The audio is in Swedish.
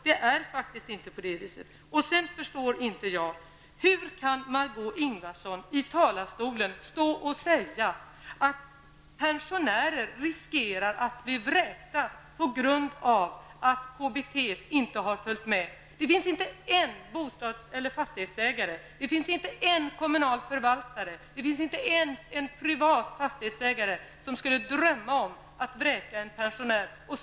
Det förhåller sig faktiskt inte på det viset. Sedan förstår inte jag hur Margó Ingvardsson kan stå i talarstolen och säga att pensionärer riskerar att bli vräkta på grund av att storleken på KBT inte har följt med hyreshöjningarna. Det finns inte en fastighetsägare en kommunal förvaltare eller ens en privat fastighetsägare som skulle drömma om att vräka en pensionär.